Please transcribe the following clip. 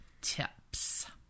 tips